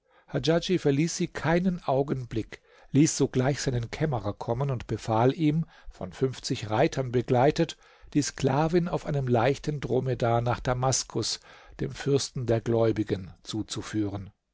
verließ sie keinen augenblick ließ sogleich seinen kämmerer kommen und befahl ihm von fünfzig reitern begleitet die sklavin auf einem leichten dromedar nach damaskus dem fürsten der gläubigen zuzuführen